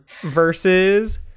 Versus